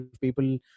people